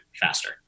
faster